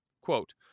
Quote